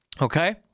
okay